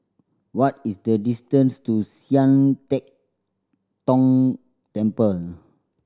what is the distance to Sian Teck Tng Temple